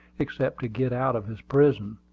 except to get out of his prison,